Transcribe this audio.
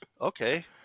Okay